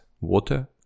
water